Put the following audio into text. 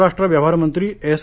परराष्ट्रव्यवहारमंत्री S